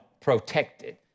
protected